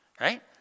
right